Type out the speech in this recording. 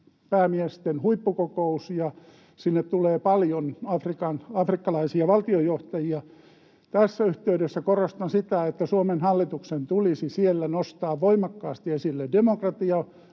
päämiesten huippukokous, ja sinne tulee paljon afrikkalaisia valtionjohtajia. Tässä yhteydessä korostan sitä, että Suomen hallituksen tulisi siellä nostaa voimakkaasti esille demokratiavaatimukset